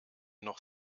noch